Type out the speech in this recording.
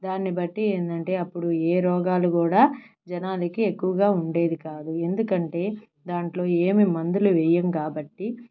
దాన్ని బట్టి ఏందంటే అప్పుడు ఏ రోగాలు కూడా జనానికి ఎక్కువగా ఉండేది కాదు ఎందుకంటే దాంట్లో ఏమి మందులు వేయం కాబట్టి